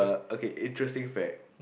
okay interesting fact